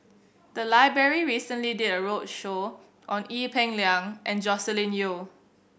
the library recently did a roadshow on Ee Peng Liang and Joscelin Yeo